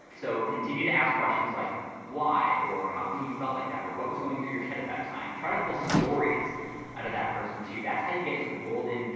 so, continue to ask questions like why or how come you felt like that or what was going through your head at that time. try to pull stories out of that person too. that's how you get into the golden,